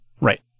Right